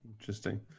Interesting